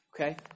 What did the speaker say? Okay